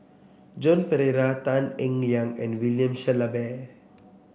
Joan Pereira Tan Eng Liang and William Shellabear